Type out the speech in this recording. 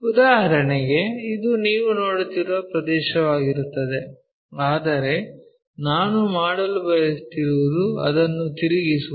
ಉದಾಹರಣೆಗೆ ಇದು ನೀವು ನೋಡುತ್ತಿರುವ ಪ್ರದೇಶವಾಗಿರುತ್ತದೆ ಆದರೆ ನಾನು ಮಾಡಲು ಬಯಸುತ್ತಿರುವುದು ಅದನ್ನು ತಿರುಗಿಸುವುದು